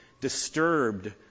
disturbed